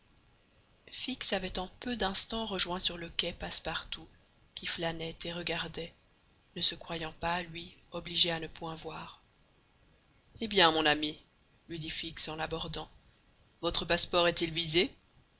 fix avait en peu d'instants rejoint sur le quai passepartout qui flânait et regardait ne se croyant pas lui obligé à ne point voir eh bien mon ami lui dit fix en l'abordant votre passeport est-il visé